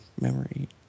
memory